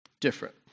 different